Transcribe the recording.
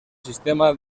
sistema